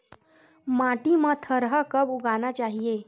माटी मा थरहा कब उगाना चाहिए?